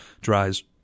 dries